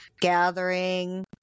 gathering